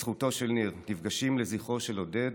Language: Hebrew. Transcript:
בזכותו של ניר, נפגשים לזכרו של עודד,